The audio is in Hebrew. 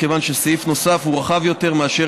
מכיוון שסעיף נוסף הוא רחב יותר מאשר